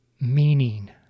meaning